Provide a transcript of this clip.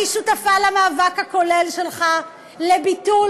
אני שותפה למאבק הכולל שלך לביטול